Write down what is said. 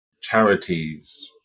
charities